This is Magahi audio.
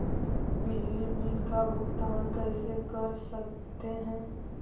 बिजली बिल का भुगतान कैसे कर सकते है?